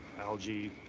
Algae